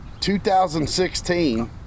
2016